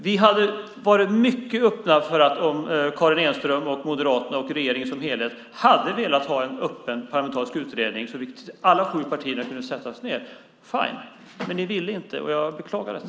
Vi hade varit mycket öppna om regeringen, Moderaterna och Karin Enström hade velat ha en öppen parlamentarisk utredning där alla sju partier hade kunnat sätta sig ned. Men ni ville inte det, och jag beklagar det.